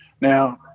now